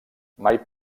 mai